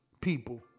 people